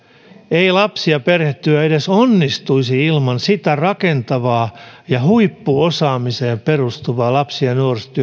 ei lapsi ja perhetyö onnistuisi ilman sitä rakentavaa ja huippuosaamiseen perustuvaa lapsi ja nuorisotyötä